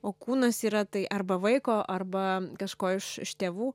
o kūnas yra tai arba vaiko arba kažko iš iš tėvų